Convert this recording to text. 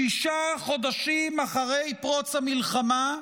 שישה חודשים אחרי פרוץ המלחמה,